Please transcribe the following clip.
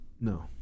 No